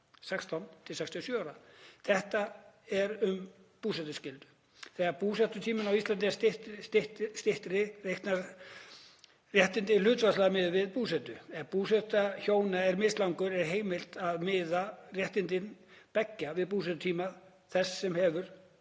16–67 ára.“ — Þetta er um búsetuskyldu. — „Þegar búsetutími á Íslandi er styttri reiknast réttindi hlutfallslega miðað við búsetu. Ef búsetutími hjóna er mislangur er heimilt að miða réttindi beggja við búsetutíma þess sem hefur